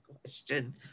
question